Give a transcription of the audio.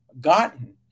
gotten